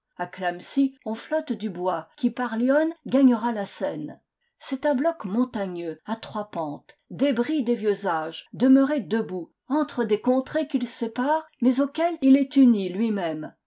on flotte du bois qui par l'yonne gagnera la seine c'est un bloc montagneux à trois pentes débris des vieux âges demeuré debout entre des contrées qu'il sépare mais auxquelles il est uni lui-même